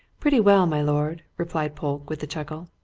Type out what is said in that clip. pretty well, my lord, replied polke, with a chuckle.